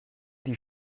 die